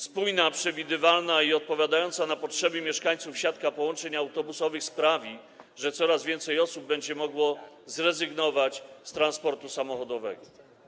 Spójna, przewidywalna i odpowiadająca na potrzeby mieszkańców siatka połączeń autobusowych sprawi, że coraz więcej osób będzie mogło zrezygnować z transportu samochodowego.